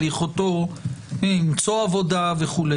על יכולתו למצוא עבודה וכו'.